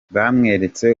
batweretse